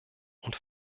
und